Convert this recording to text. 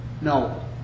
No